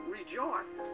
rejoice